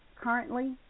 currently